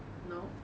no